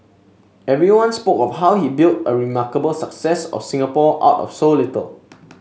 everyone spoke of how he built a remarkable success of Singapore out of so little